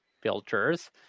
filters